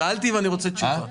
שאלתי ואני רוצה תשובה.